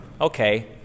Okay